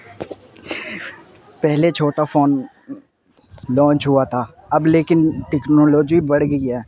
پہلے چھوٹا phone launch ہوا تھا اب لیکن ٹیکنالوجی بڑھ گئی ہے